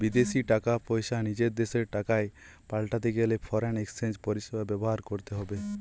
বিদেশী টাকা পয়সা নিজের দেশের টাকায় পাল্টাতে গেলে ফরেন এক্সচেঞ্জ পরিষেবা ব্যবহার করতে হবে